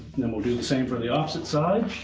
then we'll do the same for the opposite side.